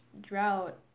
drought